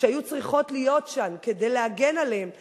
שהיו צריכות להיות שם כדי להגן עליהן אז,